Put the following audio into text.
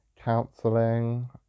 counselling